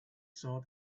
saw